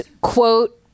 quote